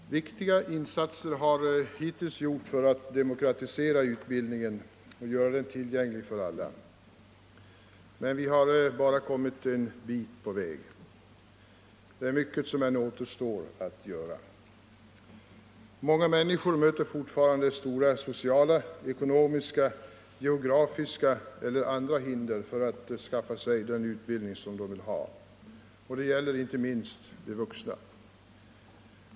Herr talman! Viktiga insatser har hittills gjorts för att demokratisera utbildningen och göra den tillgänglig för alla. Men vi har bara kommit en bit på väg. Mycket återstår ännu att göra. Många människor möter fortfarande stora sociala, ekonomiska, geografiska eller andra hinder för att skaffa sig den utbildning som de vill ha. Det gäller inte minst de 33 vuxna.